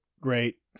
great